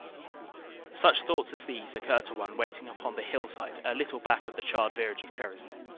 such thoughts as these occur to one waiting upon the hill. side a little back of the charred village of cherisy.